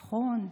נכון,